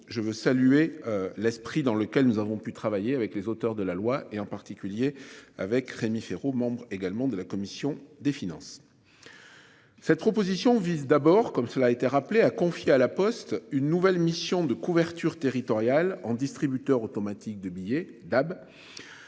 je veux saluer l'esprit dans lequel nous avons pu travailler avec les auteurs de la loi et en particulier avec Rémi Féraud, membre également de la commission des finances. Cette proposition vise d'abord comme cela a été rappelé à confier à la Poste. Une nouvelle mission de couverture territoriale en distributeur automatique de billets